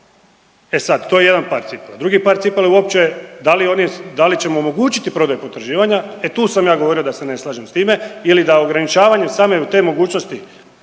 E sad to je jedan par cipela, drugi par cipela je uopće da li oni, da li ćemo omogućiti prodaju potraživanja, e tu sam ja govorio da se ne slažem s time ili da ograničavanjem same te mogućnosti